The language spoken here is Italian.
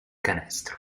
canestro